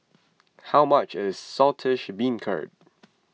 how much is Saltish Beancurd